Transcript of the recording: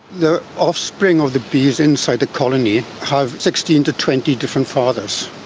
the offspring of the bees inside the colony have sixteen to twenty different fathers.